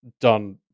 done